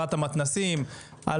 על האבים עם חברות בין-לאומיות.